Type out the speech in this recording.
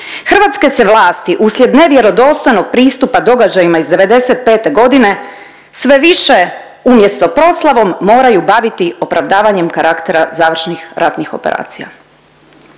Hrvatske se vlasti uslijed nevjerodostojnog pristupa događajima iz '95. godine sve više umjesto proslavom moraju baviti opravdavanjem karaktera završnih ratnih operacija.